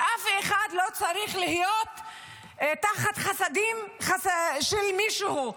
אף אחד לא צריך להיות תחת חסדים של מישהו,